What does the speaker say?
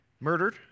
murdered